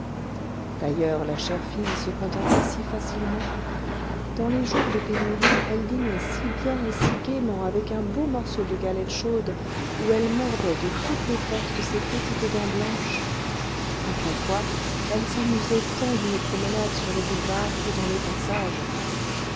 d'ailleurs la chère fille se contentait si facilement dans les jours de pénurie elle dînait si bien et si gaiement avec un beau morceau de galette chaude où elle mordait de toutes les forces de ses petites dents blanches après quoi elle s'amusait tant d'une promenade sur les boulevards ou dans les passages